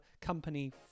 company